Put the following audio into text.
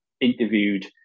interviewed